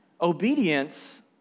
Obedience